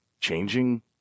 Changing